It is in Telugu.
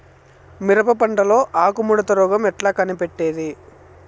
మిరప పంటలో ఆకు ముడత రోగం ఎట్లా కనిపెట్టేది?